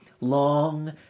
Long